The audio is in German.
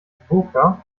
burka